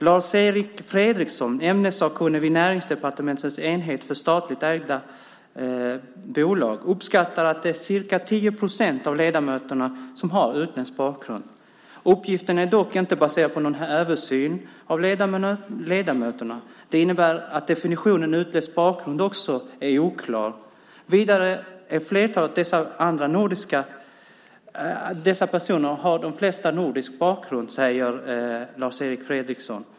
Lars Erik Fredriksson, ämnessakkunnig vid Näringsdepartementets enhet för statligt ägda bolag, uppskattar att det är ca 10 procent av ledamöterna i styrelserna som har utländsk bakgrund. Uppgiften är dock inte baserad på någon översyn av ledamöterna. Det innebär att definitionen utländsk bakgrund också är oklar. Vidare har flertalet av dessa personer nordisk bakgrund, säger Lars Erik Fredriksson.